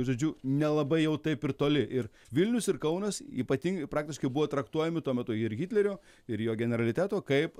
žodžiu nelabai jau taip ir toli ir vilnius ir kaunas ypating praktiškai buvo traktuojami tuo metu ir hitlerio ir jo generaliteto kaip